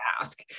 ask